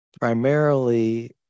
primarily